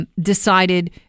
Decided